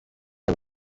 ari